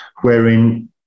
wherein